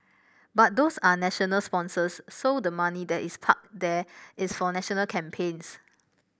but those are national sponsors so the money that is parked there is for national campaigns